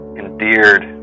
endeared